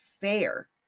fair